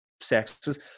sexes